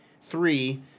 Three